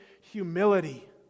humility